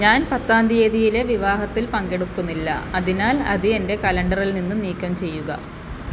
ഞാൻ പത്താം തീയതിയിലെ വിവാഹത്തിൽ പങ്കെടുക്കുന്നില്ല അതിനാൽ അത് എന്റെ കലണ്ടറിൽ നിന്ന് നീക്കം ചെയ്യുക